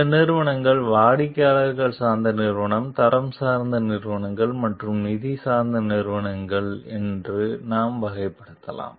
இந்த நிறுவனங்களை வாடிக்கையாளர் சார்ந்த நிறுவனங்கள் தரம் சார்ந்த நிறுவனங்கள் மற்றும் நிதி சார்ந்த நிறுவனங்கள் என நாம் வகைப்படுத்தலாம்